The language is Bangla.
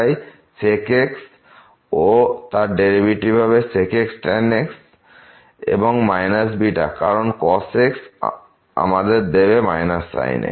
তাই sec x ও তার derivative sec x tan x হবে β কারণ cos x আমাদের দেবে sin x